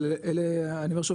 אבל אלה אני אומר שוב,